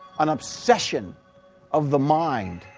an obsession of the mind,